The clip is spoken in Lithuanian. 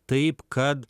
taip kad